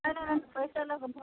नहि नहि पइसे लऽ कऽ भोट